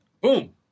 boom